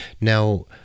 Now